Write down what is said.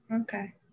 okay